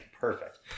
perfect